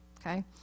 Okay